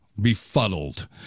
befuddled